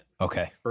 Okay